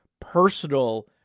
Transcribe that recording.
personal